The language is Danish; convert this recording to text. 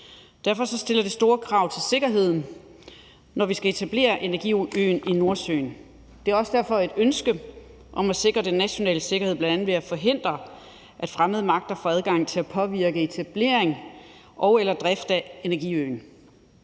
Derfor stiller det store krav til sikkerheden, når vi skal etablere energiøen i Nordsøen. Der er derfor også et ønske om at sikre den nationale sikkerhed, bl.a. ved at forhindre, at fremmede magter får adgang til at påvirke etablering og/eller drift af energiøen.